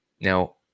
Now